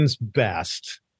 best